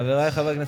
חברי חברי הכנסת,